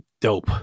dope